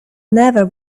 never